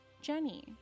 Jenny